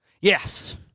yes